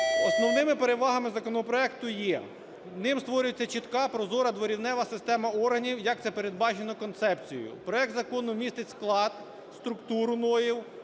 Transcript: Основними перевагами законопроекту є: ним створюється чітка, прозора дворівнева система органів, як це передбачено концепцією. Проект закону містить склад, структуру НОІВ,